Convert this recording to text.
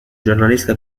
giornalista